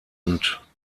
und